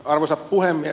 arvoisa puhemies